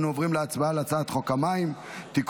אנו עוברים להצבעה על הצעת חוק המים (תיקון,